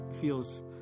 feels